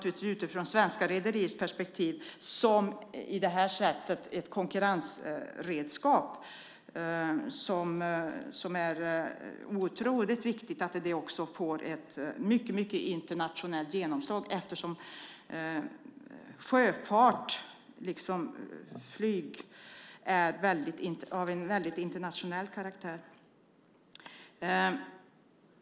Utifrån svenska rederiers perspektiv är det här naturligtvis ett konkurrensredskap som det är otroligt viktigt att det också får ett stort internationellt genomslag, eftersom sjöfart liksom flyg är av internationell karaktär.